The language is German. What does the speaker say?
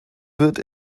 wird